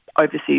overseas